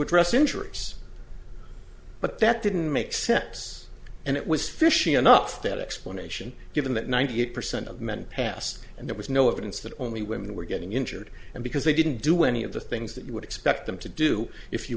address injuries but that didn't make sense and it was fishy enough that explanation given that ninety eight percent of men passed and there was no evidence that only women were getting injured and because they didn't do any of the things that you would expect them to do if you